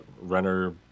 Renner